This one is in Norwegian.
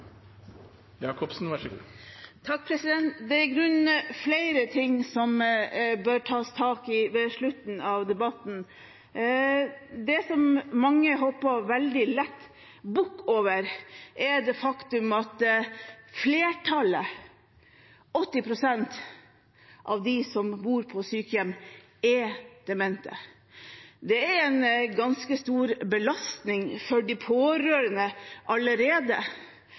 i grunnen flere ting som bør tas tak i ved slutten av debatten. Det som mange veldig lett hopper bukk over, er det faktum at flertallet – 80 pst. – av dem som bor på sykehjem, er demente. Det er en ganske stor belastning for de pårørende allerede.